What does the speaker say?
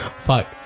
Fuck